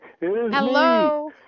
Hello